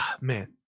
man